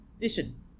listen